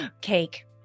cake